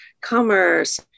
commerce